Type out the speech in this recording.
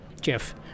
Jeff